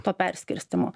to perskirstymo